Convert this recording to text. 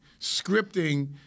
scripting